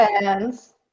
fans